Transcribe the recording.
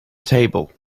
table